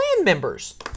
members